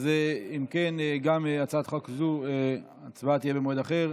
אם כן, גם בהצעת חוק זו ההצבעה נדחתה למועד אחר.